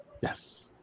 yes